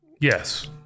Yes